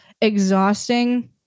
exhausting